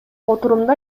отурумда